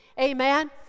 Amen